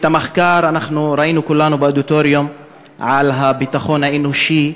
ראינו כולנו באודיטוריום את המחקר על הביטחון האנושי,